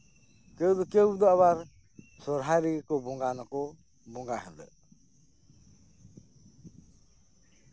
ᱠᱮᱣ ᱠᱮᱣ ᱫᱚ ᱟᱵᱟᱨ ᱥᱚᱨᱦᱟᱭ ᱨᱮᱜᱮ ᱠᱚ ᱵᱚᱸᱜᱟᱱᱟᱠᱚ ᱵᱚᱸᱜᱟ ᱦᱤᱞᱳᱜ